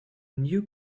new